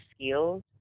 skills